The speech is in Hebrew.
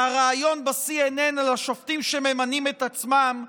מהריאיון ב-CNN על השופטים שממנים את עצמם,